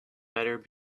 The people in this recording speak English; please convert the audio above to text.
better